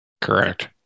Correct